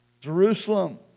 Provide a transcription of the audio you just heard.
Jerusalem